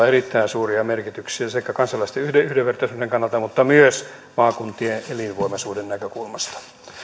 erittäin suuria merkityksiä sekä kansalaisten yhdenvertaisuuden kannalta että myös maakuntien elinvoimaisuuden näkökulmasta